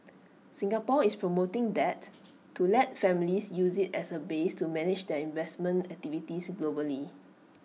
Singapore is promoting that to let families use IT as A base to manage their investment activities globally